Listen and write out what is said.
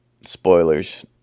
Spoilers